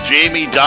Jamie